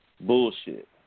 Bullshit